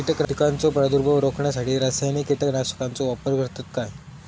कीटकांचो प्रादुर्भाव रोखण्यासाठी रासायनिक कीटकनाशकाचो वापर करतत काय?